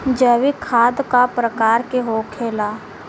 जैविक खाद का प्रकार के होखे ला?